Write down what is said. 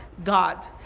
God